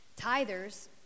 tithers